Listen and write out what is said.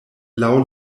laŭ